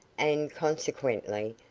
and, consequently,